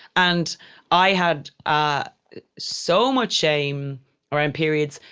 and i had ah so much shame around periods,